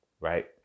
right